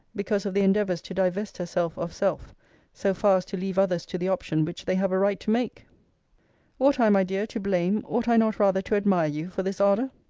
because of the endeavours to divest herself of self so far as to leave others to the option which they have a right to make ought i, my dear, to blame, ought i not rather to admire you for this ardor?